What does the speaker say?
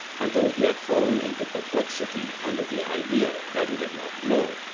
until he had fallen into perplexity under the idea that he did not know,